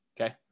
okay